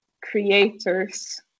creators